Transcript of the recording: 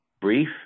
brief